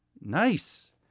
nice